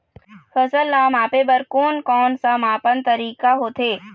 फसल ला मापे बार कोन कौन सा मापन तरीका होथे?